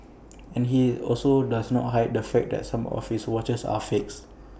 and he also does not hide the fact that some of his watches are fakes